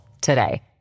today